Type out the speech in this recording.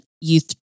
Youth